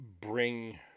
bring